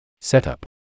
Setup